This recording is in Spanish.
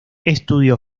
estudió